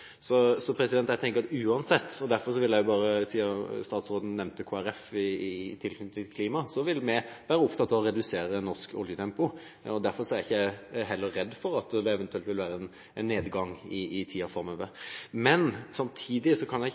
Jeg ville bare si – siden statsråden nevnte Kristelig Folkeparti i tilknytning til klima – at vi vil være opptatt av å redusere norsk oljetempo. Derfor er jeg heller ikke redd for at det eventuelt vil være en nedgang i tiden framover. Samtidig kan jeg ikke la anledningen gå fra meg til å si at jeg er enig i